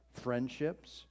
friendships